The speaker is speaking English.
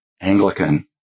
Anglican